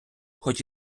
хоч